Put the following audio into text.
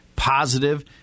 Positive